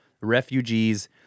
refugees